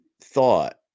thought